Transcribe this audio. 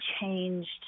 changed